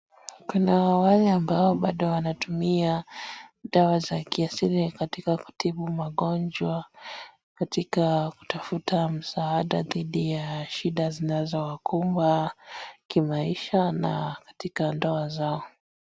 Kuna wale ambao bado wanatumia dawa za kiasili katika kutibu magonjwa, katika kutafuta msaada dhidi ya shida zinazowakumba kimaisha na katika ndoa zao.